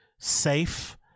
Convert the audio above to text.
safe